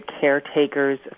caretakers